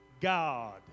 God